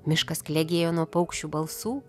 miškas klegėjo nuo paukščių balsų